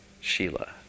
Sheila